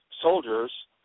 soldiers